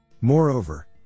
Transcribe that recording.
Moreover